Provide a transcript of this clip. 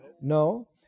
No